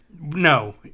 No